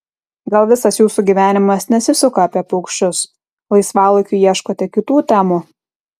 gal visas jūsų gyvenimas nesisuka apie paukščius laisvalaikiu ieškote kitų temų